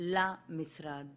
למשרד